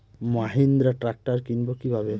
Mahindra tractor কিনবো কি ভাবে?